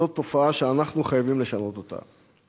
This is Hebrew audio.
זאת תופעה שאנחנו חייבים לשנות אותה.